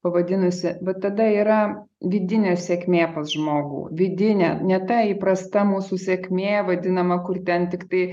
pavadinusi bet tada yra vidinė sėkmė pas žmogų vidinė ne ta įprasta mūsų sėkmė vadinama kur ten tiktai